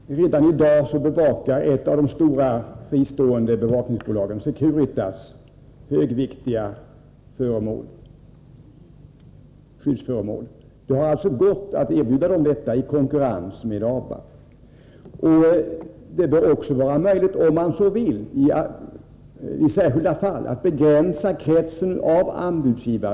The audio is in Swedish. Herr talman! Redan i dag bevakar ett av de stora fristående bevakningsbolagen, Securitas, högviktiga skyddsföremål. Det har alltså gått att erbjuda detta företag bevakningsuppgifter i konkurrens med ABAB. Det bör också vara möjligt att, om man så vill, i särskilda fall begränsa kretsen av anbudsgivare.